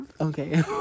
okay